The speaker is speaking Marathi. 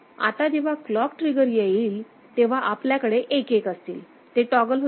आता जेव्हा क्लॉक ट्रिगर येईल तेव्हा आपल्याकडे 11 असतील ते टॉगल होते